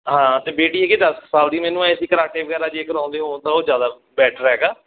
ਹਾਂ ਅਤੇ ਬੇਟੀ ਹੈਗੀ ਦਸ ਕੁ ਸਾਲ ਦੀ ਮੈਨੂੰ ਐਂ ਸੀ ਕਰਾਟੇ ਵਗੈਰਾ ਜੇ ਕਰਵਾਉਂਦੇ ਹੋ ਤਾਂ ਉਹ ਜ਼ਿਆਦਾ ਬੈਟਰ ਹੈਗਾ